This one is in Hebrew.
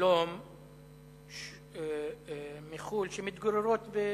שלום מחו"ל שמתגוררות ברמאללה,